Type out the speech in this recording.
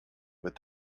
would